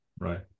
Right